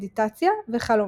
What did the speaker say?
מדיטציה וחלומות.